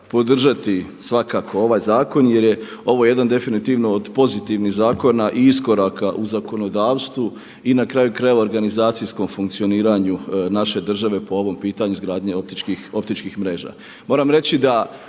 podržati svakako ovaj zakon jer je ovo jedan definitivno od pozitivnih zakona i iskoraka u zakonodavstvu i na kraju krajeva organizacijskom funkcioniranju naše države po ovom pitanju izgradnje optičkih mreža.